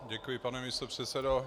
Děkuji, pane místopředsedo.